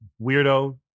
Weirdo